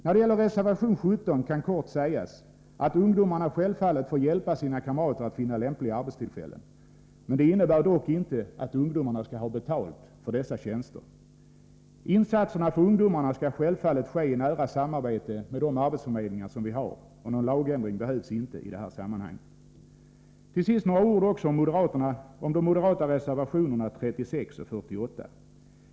När det gäller reservation 17 kan kort sägas att ungdomarna självfallet får hjälpa sina kamrater att finna lämpliga arbetstillfällen. Det innebär dock inte att de skall ha betalt för dessa tjänster. Insatserna för ungdomarna skall självfallet göras i nära samarbete med arbetsförmedlingarna. Någon lagändring behövs således inte. Några ord också om de moderata reservationerna 36 och 48.